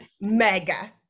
mega